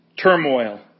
Turmoil